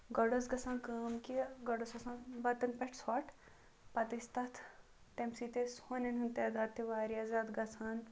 گۄڈٕ ٲسۍ گَژھان کٲم کہِ گۄڈٕ ٲسۍ گَژھان وَتَن پیٚٹھ ژھوٚٹھ پَتہٕ ٲسۍ تتھ تمہِ سۭتۍ اوس ہونیٚن ہنٛد تعداد تہِ واریاہ زیادٕ گَژھان